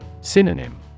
Synonym